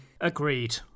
agreed